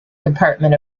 department